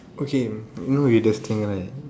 okay you know weirdest thing right